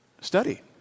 study